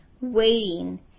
waiting